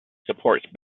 supports